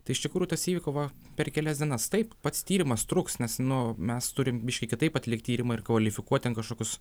tai iš tikrųjų tas įvyko va per kelias dienas taip pats tyrimas truks nes nu mes turim biškį kitaip atlikt tyrimą ir kvalifikuot ten kažkokius